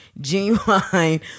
genuine